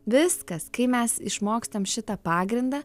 viskas kai mes išmokstam šitą pagrindą